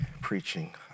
preaching